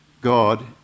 God